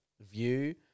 view